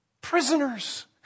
Prisoners